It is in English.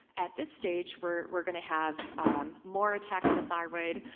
at this stage, we're we're going to have more attack on the thyroid,